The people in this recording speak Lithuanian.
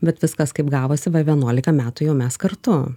bet viskas kaip gavosi va vienuolika metų jau mes kartu